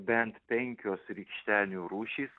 bent penkios rykštenių rūšys